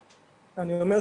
אתנו?